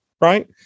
right